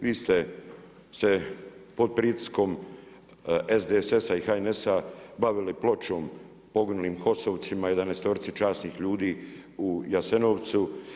Vi ste se pod pritiskom SDSS-a i HNS-a bavili pločom poginulim HOS-ovcima, jedanaestorici časnih ljudi u Jasenovcu.